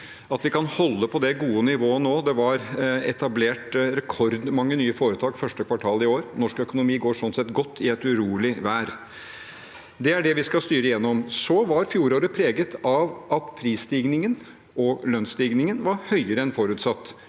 at vi kan holde på det gode nivået nå. Det var etablert rekordmange nye foretak første kvartal i år. Norsk økonomi går sånn sett godt i et urolig vær. Det er det vi skal styre gjennom. Fjoråret var preget av at prisstigningen og lønnsstigningen var høyere enn forutsatt